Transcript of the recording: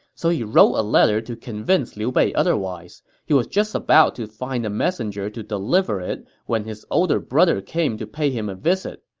so he wrote a letter to convince liu bei otherwise. he was just about to find a messenger to deliver it when his older brother came to pay him a visit.